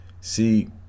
See